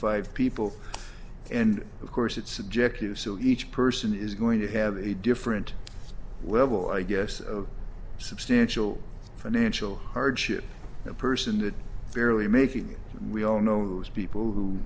five people and of course it's subjective so each person is going to have a different level i guess of substantial financial hardship the person that barely making it and we all know people who